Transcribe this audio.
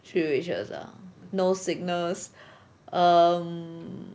three wishes ah no sickness um